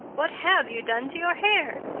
what have you done to your hair?